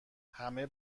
همه